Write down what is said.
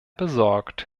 besorgt